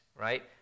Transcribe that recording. Right